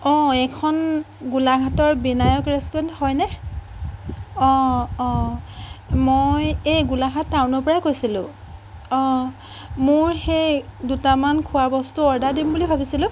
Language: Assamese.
অঁ এইখন গোলাঘাটৰ বিনায়ক ৰেষ্টুৰেণ্ট হয়নে অঁ অঁ মই এই গোলাঘাট টাউনৰ পৰাই কৈছিলো অঁ মোৰ সেই দুটামান খোৱা বস্তু অৰ্ডাৰ দিম বুলি ভাবিছিলো